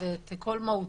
ואת כל מהותו.